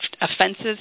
offenses